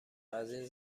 ازاین